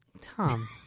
Tom